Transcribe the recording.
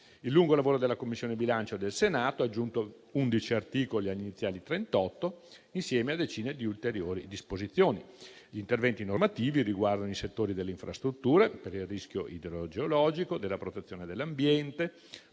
Il lungo lavoro della Commissione bilancio del Senato ha aggiunto 11 articoli agli iniziali 38, insieme a decine di ulteriori disposizioni. Gli interventi normativi riguardano i settori delle infrastrutture per il rischio idrogeologico, della protezione dell'ambiente,